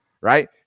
right